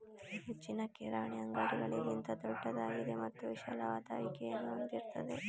ಮುಂಚಿನ ಕಿರಾಣಿ ಅಂಗಡಿಗಳಿಗಿಂತ ದೊಡ್ದಾಗಿದೆ ಮತ್ತು ವಿಶಾಲವಾದ ಆಯ್ಕೆಯನ್ನು ಹೊಂದಿರ್ತದೆ